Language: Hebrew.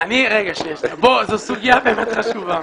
זו סוגיה באמת חשובה.